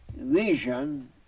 vision